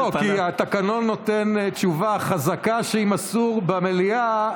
התקנון נותן תשובה חזקה שאם אסור במליאה,